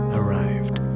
arrived